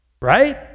right